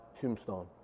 tombstone